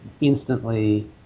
instantly